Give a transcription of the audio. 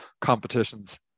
competitions